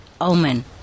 omen